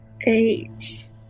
Eight